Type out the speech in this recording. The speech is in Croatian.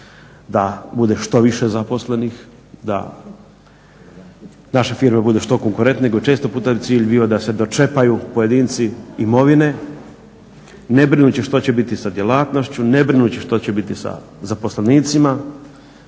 da bude što više zaposlenih, da naše firme budu što konkurentnije nego je često puta cilj bio da se dočepaju pojedinci imovine, ne brinući što će biti sa djelatnošću, ne brinući što će biti sa zaposlenicima.